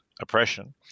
oppression